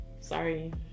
sorry